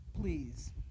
please